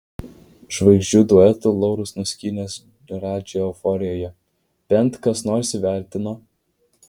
žvaigždžių duetų laurus nuskynęs radži euforijoje bent kas nors įvertino